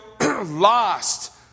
lost